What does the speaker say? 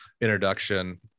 introduction